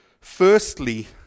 Firstly